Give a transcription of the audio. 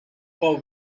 for